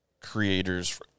Creators